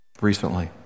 recently